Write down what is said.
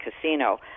casino